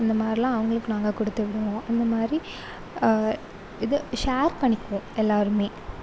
அந்தமாதிரிலாம் அவங்களுக்கு நாங்கள் கொடுத்துவிடுவோம் அந்தமாதிரி இது ஷேர் பண்ணிக்குவோம் எல்லோருமே